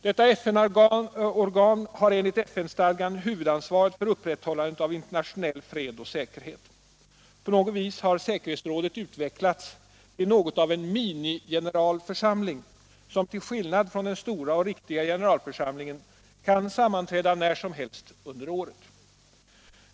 Detta FN-organ har enligt FN-stadgan huvudansvaret för upprätthållandet av internationell fred och säkerhet. På något vis har säkerhetsrådet utvecklats till något av en minigeneralförsamling som till skillnad från den stora och riktiga generalförsamlingen kan sammanträda när som helst under året.